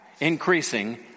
increasing